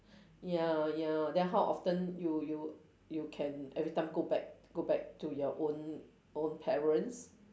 ya ya then how often you you you can every time go back go back to your own own parents